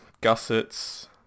gussets